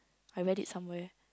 I read it somewhere